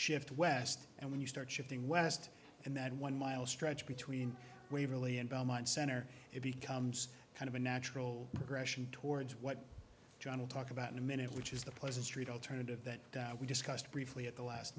shift west and when you start shifting west in that one mile stretch between waverly and belmont center it becomes kind of a natural progression towards what john will talk about in a minute which is the place in st alternative that we discussed briefly at the last